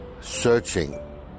searching